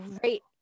great